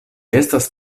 estas